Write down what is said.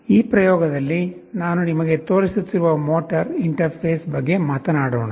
ಈ ಪ್ರಯೋಗದಲ್ಲಿ ನಾನು ನಿಮಗೆ ತೋರಿಸುತ್ತಿರುವ ಮೋಟಾರ್ ಇಂಟರ್ಫೇಸ್ ಬಗ್ಗೆ ಮಾತನಾಡೋಣ